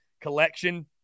collection